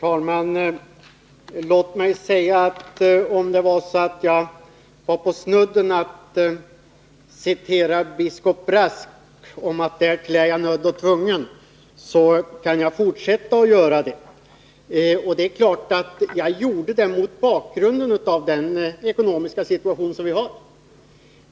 Herr talman! Om jag tidigare var på vippen att citera biskop Brasks ”Härtill är jag nödd och tvungen” så skall jag nu fortsätta att göra det. Jag gjorde det mot bakgrund av den ekonomiska situation vi har.